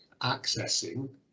accessing